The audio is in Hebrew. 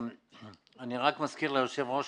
אני רק מזכיר ליושב הראש